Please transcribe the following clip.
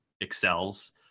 excels